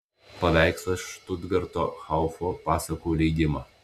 paveikslas štutgarto haufo pasakų leidimo